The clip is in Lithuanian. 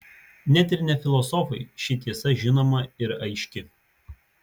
net ir ne filosofui ši tiesa žinoma ir aiški